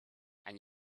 and